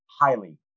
highly